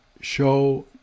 show